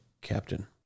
captain